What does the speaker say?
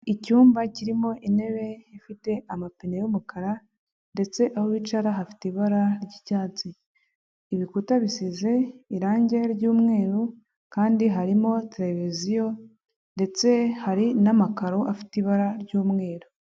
Icyumba kirimo intebe ifite amapine y'umukara ndetse aho bicara hafite ibara ry'icyatsi, ibikuta bisize irangi ry'umweru kandi harimo televiziyo ndetse hari n'amakaro afite ibara ry'umweru.